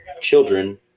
children